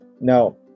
Now